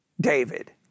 David